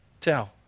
tell